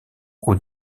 aux